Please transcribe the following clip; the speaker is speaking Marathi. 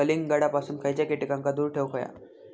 कलिंगडापासून खयच्या कीटकांका दूर ठेवूक व्हया?